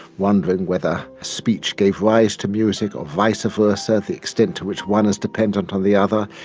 wondering whether speech gave rise to music or vice versa, the extent to which one is dependent on the other,